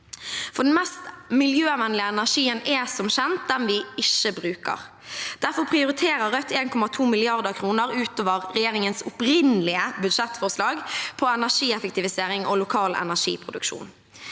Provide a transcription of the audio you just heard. Den mest miljøvennlige energien er som kjent den vi ikke bruker. Derfor prioriterer Rødt 1,2 mrd. kr utover regjeringens opprinnelige budsjettforslag på energieffektivisering og lokal energiproduksjon.